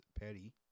Petty